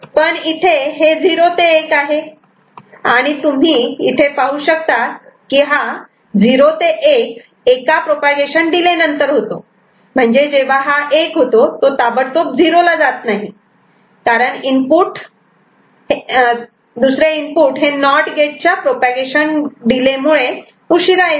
पण इथे हे 0 ते 1 आहे आणि तुम्ही इथे ते पाहू शकतात की हा 0 ते 1 एका प्रोपागेशन डिले नंतर होतो म्हणजेच जेव्हा हा 1 होतो तो ताबडतोब 0 ला जात नाही कारण इनपुट 2 हे नॉट गेट च्या प्रोपागेशन डिले मुळे उशिरा येते